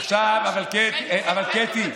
קטי,